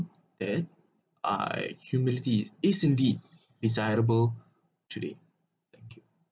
eh uh humidity is indeed desirable today